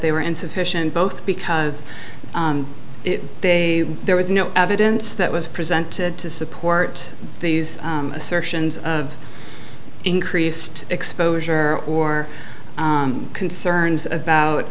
they were insufficient both because they there was no evidence that was presented to support these assertions of increased exposure or concerns about